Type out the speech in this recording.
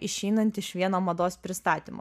išeinant iš vieno mados pristatymų